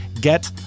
Get